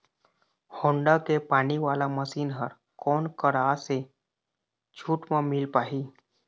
Honda के पानी वाला मशीन हर कोन करा से छूट म मिल पाही?